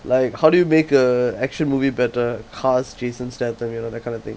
like how do you make a action movie better cast jason statham you know that kind of thing